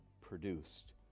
produced